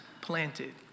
planted